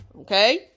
okay